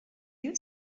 you